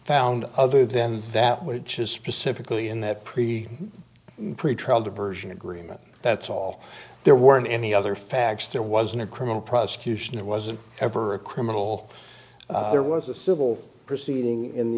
found other than that which is specifically in that pre pretrial diversion agreement that's all there weren't any other facts there wasn't a criminal prosecution it wasn't ever a criminal there was a civil proceeding in the